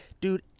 Dude